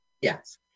yes